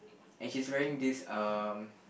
and she's wearing this um